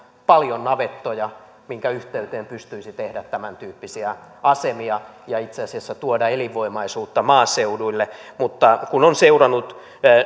paljon navettoja joiden yhteyteen pystyisi tekemään tämäntyyppisiä asemia ja itse asiassa tuomaan elinvoimaisuutta maaseudulle mutta kun on seurannut